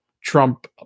Trump